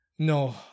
No